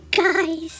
guys